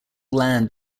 land